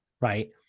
Right